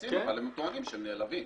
מציעים, אבל הם טוענים שהם נעלבים.